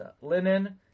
linen